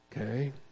Okay